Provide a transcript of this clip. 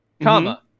comma